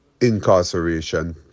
incarceration